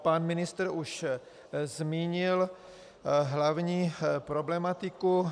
Pan ministr už zmínil hlavní problematiku.